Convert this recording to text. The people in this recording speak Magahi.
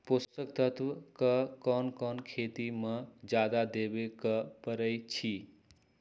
पोषक तत्व क कौन कौन खेती म जादा देवे क परईछी?